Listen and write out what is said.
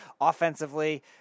offensively